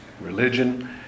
religion